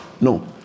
No